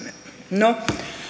no